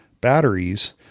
batteries